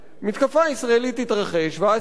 ואז תתרחש מולה תגובה אירנית,